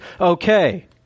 okay